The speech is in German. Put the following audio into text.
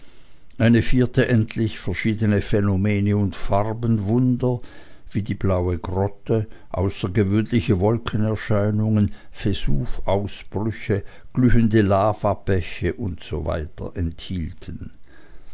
eine vierte endlich verschiedene phänomene und farbenwunder wie die blaue grotte außergewöhnliche wolkenerscheinungen vesuvausbrüche glühende lavabäche usw enthielten